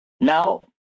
Now